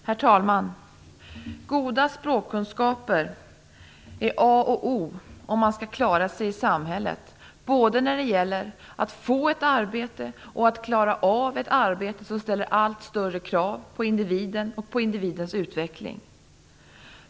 Herr talman! Goda språkkunskaper är A och O om man skall klara sig i samhället, både när det gäller att få ett arbete och när det gäller att klara av ett arbete, vilket ställer allt större krav på individen och individens utveckling.